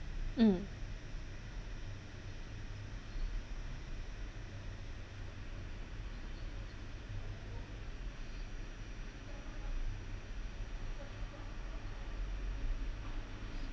mm